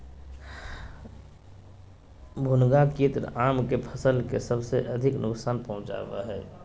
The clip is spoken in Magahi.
भुनगा कीट आम के फसल के सबसे अधिक नुकसान पहुंचावा हइ